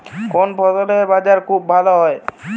কেমন ফসলের বাজার খুব ভালো হয়?